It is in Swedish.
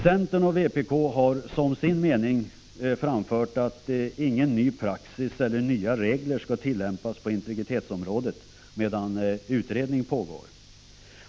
Centern och vpk har som sin mening framfört att någon ny praxis eller några nya regler inte skall tillämpas på integritetsområdet medan utredning pågår.